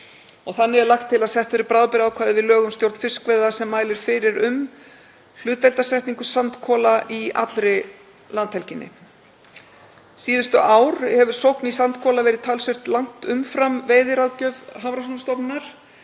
Þannig er lagt til að sett verði bráðabirgðaákvæði við lög um stjórn fiskveiða sem mæli fyrir um hlutdeildarsetningu sandkola í allri landhelginni. Síðustu ár hefur sókn í sandkola verið talsvert langt umfram veiðiráðgjöf Hafrannsóknastofnunar